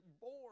born